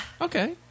Okay